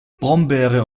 brombeere